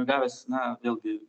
gavęs na vėlgi